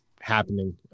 happening